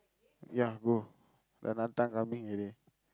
ya bro Valentine coming already